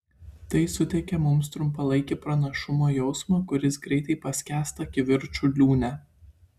tai suteikia mums trumpalaikį pranašumo jausmą kuris greitai paskęsta kivirčų liūne